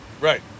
Right